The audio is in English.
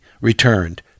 returned